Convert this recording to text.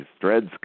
threads